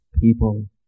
people